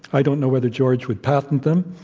i don't know whether george would patent them.